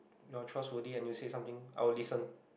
your are trust body and you say something I would listen